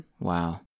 Wow